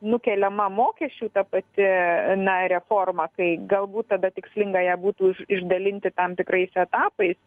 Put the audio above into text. nukeliama mokesčių ta pati na reforma kai galbūt tada tikslinga ją būtų išdalinti tam tikrais etapais